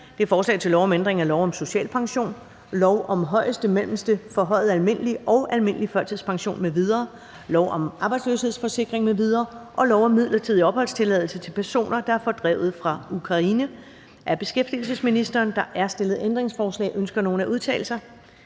L 203: Forslag til lov om ændring af lov om social pension, lov om højeste, mellemste, forhøjet almindelig og almindelig førtidspension m.v., lov om arbejdsløshedsforsikring m.v. og lov om midlertidig opholdstilladelse til personer, der er fordrevet fra Ukraine. (Ingen modregning i social pension og efterløn på arbejdspladser,